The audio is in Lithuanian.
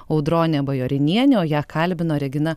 audronė bajorinienė o ją kalbino regina